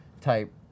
type